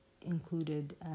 included